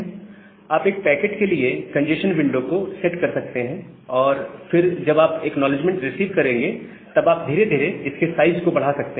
आप एक पैकेट के लिए कंजेस्शन विंडो को सेट कर सकते हैं और फिर जब आप एक्नॉलेजमेंट रिसीव करेंगे तब आप धीरे धीरे इसके साइज को बढ़ा सकते हैं